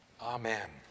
Amen